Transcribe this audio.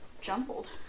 jumbled